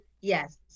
yes